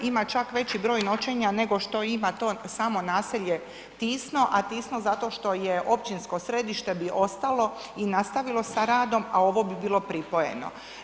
Ima čak veći broj noćenja, nego što ima to samo naselje Tisno, a Tisno zato što je općinsko središte bi ostalo i nastavilo sa radom, a ovo bi bilo pripojeno.